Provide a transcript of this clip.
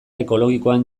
ekologikoan